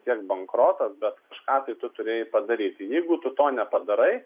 tiek bankrotas bet kažką tai tu turėjai padaryti jeigu tu to nepadarai